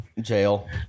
Jail